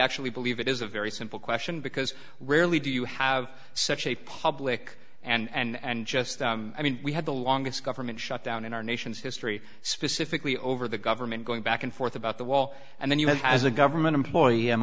actually believe it is a very simple question because rarely do you have such a public and just i mean we had the longest government shutdown in our nation's history specifically over the government going back and forth about the wall and then you have as a government employee i'm